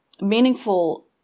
meaningful